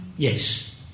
Yes